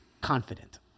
confident